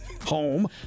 Home